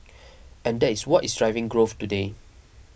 and that is what is driving growth today